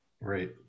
Right